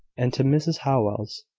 and to mrs howell's.